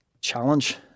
challenge